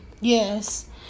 yes